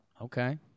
Okay